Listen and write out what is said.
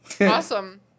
Awesome